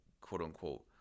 quote-unquote